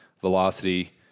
velocity